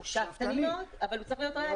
הוא שאפתני מאוד אבל הוא צריך להיות ריאלי,